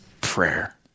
Prayer